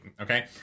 Okay